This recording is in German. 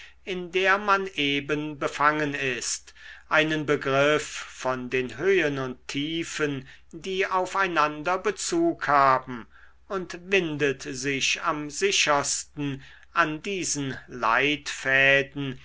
in der man eben befangen ist einen begriff von den höhen und tiefen die auf einander bezug haben und windet sich am sichersten an diesen leitfäden